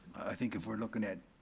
i think if we're looking at,